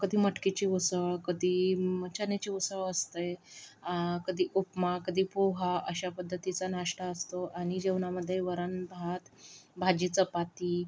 कधी मटकीची उसळ कधी चण्याची उसळ असते कधी उपमा कधी पोहा अशा पद्धतीचा नाश्ता असतो आणि जेवणामध्ये वरण भात भाजी चपाती